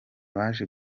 baje